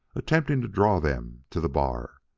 attempting to draw them to the bar.